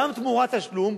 גם תמורת תשלום,